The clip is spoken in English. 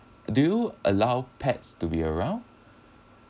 do you allow pets to be around